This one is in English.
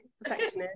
perfectionist